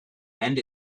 and